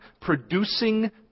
Producing